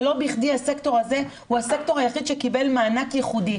ולא בכדי הסקטור הזה הוא הסקטור היחיד שקיבל מענק ייחודי.